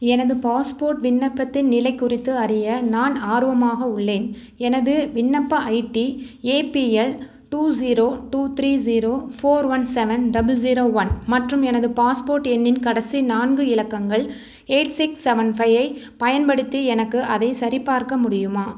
எனது பாஸ்போர்ட் விண்ணப்பத்தின் நிலை குறித்து அறிய நான் ஆர்வமாக உள்ளேன் எனது விண்ணப்ப ID APL two zero two three zero four one seven double zero one மற்றும் எனது பாஸ்போர்ட் எண்ணின் கடைசி நான்கு இலக்கங்கள் எயிட் சிக்ஸ் செவன் ஃபையை பயன்படுத்தி எனக்கு அதைச் சரிபார்க்க முடியுமா